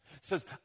says